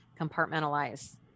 compartmentalize